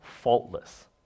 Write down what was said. faultless